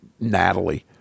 Natalie